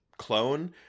clone